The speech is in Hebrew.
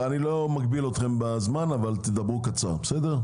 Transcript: אני לא מגביל אתכם בזמן אבל דברו קצר, בבקשה.